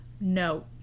no